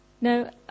No